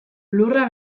lurra